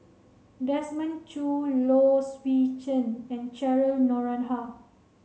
Desmond Choo Low Swee Chen and Cheryl Noronha